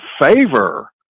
favor